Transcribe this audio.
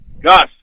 Gus